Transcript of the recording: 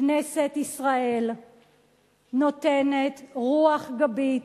כנסת ישראל נותנת רוח גבית